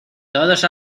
todos